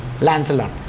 Lancelot